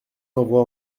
envoie